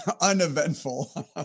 Uneventful